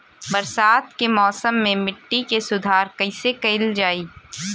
बरसात के मौसम में मिट्टी के सुधार कइसे कइल जाई?